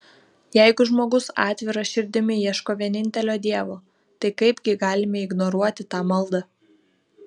jeigu žmogus atvira širdimi ieško vienintelio dievo tai kaipgi galime ignoruoti tą maldą